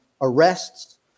arrests